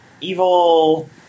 evil